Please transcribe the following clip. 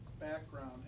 background